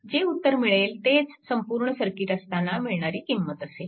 जे उत्तर मिळेल तेच संपूर्ण सर्किट असताना मिळणारी किंमत असेल